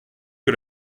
que